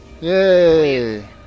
Yay